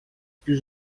più